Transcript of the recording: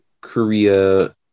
korea